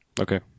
Okay